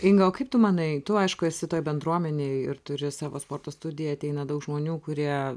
inga o kaip tu manai tu aišku esi toj bendruomenėj ir turi savo sporto studiją ateina daug žmonių kurie